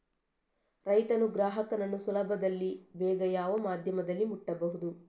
ರೈತನು ಗ್ರಾಹಕನನ್ನು ಸುಲಭದಲ್ಲಿ ಬೇಗ ಯಾವ ಮಾಧ್ಯಮದಲ್ಲಿ ಮುಟ್ಟಬಹುದು?